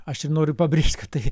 aš ir noriu pabrėžt kad tai